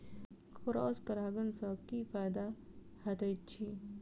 Cross परागण सँ की फायदा हएत अछि?